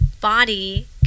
body